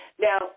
Now